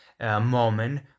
moment